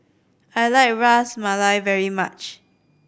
I like Ras Malai very much